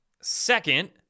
second